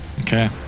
Okay